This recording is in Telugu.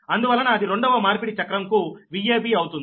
అందువలన అది రెండవ మార్పిడి చక్రం కు Vab అవుతుంది